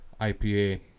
IPA